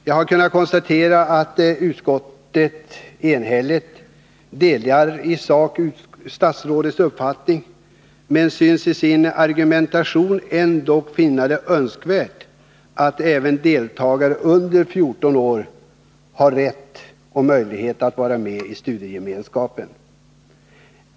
Jag har kunnat konstatera att utskottet i sak enhälligt delar statsrådets uppfattning. Men utskottet synes i sin argumentation ändå finna det önskvärt att även deltagare under 14 år får rätt och möjlighet att vara med i studiegemenskapen.